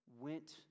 went